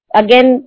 again